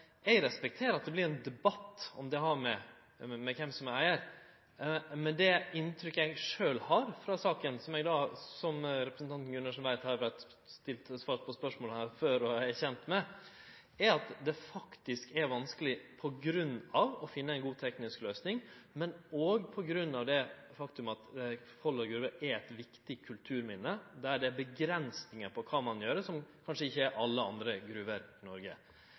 Eg respekterer at det vert ein debatt om det har med kven som er eigar, men det inntrykket eg sjølv har frå saka, som representanten Gundersen veit og er kjend med – eg har svart på spørsmål her før – er at det faktisk er vanskeleg på grunn av at ein må finne ei god teknisk løysing, men òg på grunn av det faktum at Folldal Gruver er eit viktig kulturminne, der det er grenser for kva ein kan gjere, som kanskje ikkje gjeld alle andre gruver i Noreg.